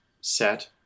set